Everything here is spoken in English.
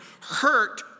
hurt